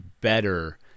better